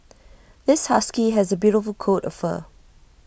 this husky has A beautiful coat of fur